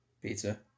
Pizza